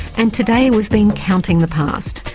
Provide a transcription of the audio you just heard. and today we've been counting the past,